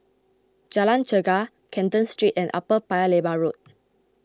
Jalan Chegar Canton Street and Upper Paya Lebar Road